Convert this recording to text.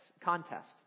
contest